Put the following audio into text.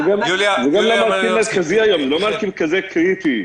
זה גם לא מרכיב מרכזי היום, לא מרכיב כזה קריטי.